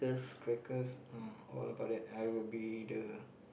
crackers ah all about that I will be the